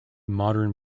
modern